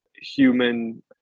human